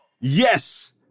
Yes